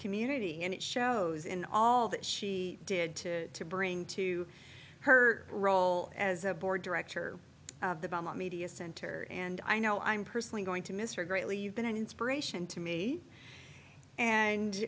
community and it shows in all that she did to bring to her role as a board director of the media center and i know i'm personally going to miss her greatly you've been an inspiration to me and